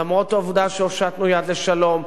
למרות העובדה שהושטנו יד לשלום,